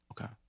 Okay